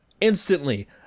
instantly